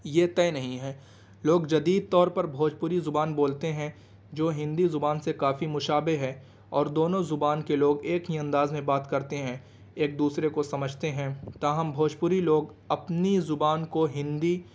یہ طے نہیں ہے لوگ جدید طور پر بھوجپوری زبان بولتے ہیں جو ہندی زبان سے کافی مشابہ ہے اور دونوں زبان کے لوگ ایک ہی انداز میں بات کرتے ہیں ایک دوسرے کو سمجھتے ہیں تاہم بھوجپوری لوگ اپنی زبان کو ہندی